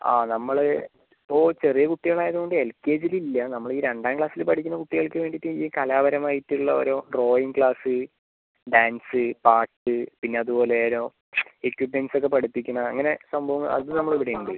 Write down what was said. ആ നമ്മൾ ഇപ്പോൾ ചെറിയ കുട്ടികൾ ആയത് കൊണ്ട് എൽ കെ ജിയിൽ ഇല്ല നമ്മൾ ഈ രണ്ടാം ക്ലാസ്സിൽ പഠിക്കുന്ന കുട്ടികൾക്ക് വേണ്ടിയിട്ട് ഈ കലാപരമായിട്ട് ഉള്ള ഓരോ ഡ്രോയിംഗ് ക്ലാസ്സ് ഡാൻസ് പാട്ട് പിന്നെ അതുപോലെ ഓരോ എക്വിപ്മെൻറ്റ്സ് ഒക്കെ പഠിപ്പിക്കുന്ന അങ്ങനെ സംഭവങ്ങൾ അത് നമ്മള ഇവിടെ ഉണ്ട്